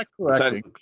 correcting